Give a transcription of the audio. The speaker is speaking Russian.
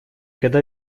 когда